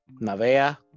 Navea